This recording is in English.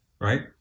right